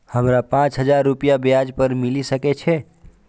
हमरा पाँच हजार रुपया ब्याज पर मिल सके छे?